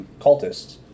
cultists